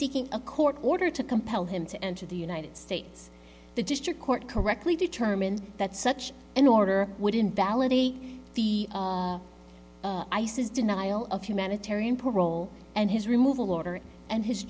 seeking a court order to compel him to enter the united states the district court correctly determined that such an order would invalidate the ices denial of humanitarian parole and his removal order and his